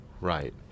Right